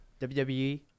WWE